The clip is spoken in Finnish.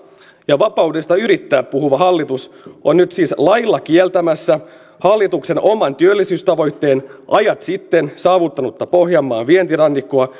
ja vapaudesta yrittää puhuva hallitus on nyt siis lailla kieltämässä hallituksen oman työllisyystavoitteen ajat sitten saavuttanutta pohjanmaan vientirannikkoa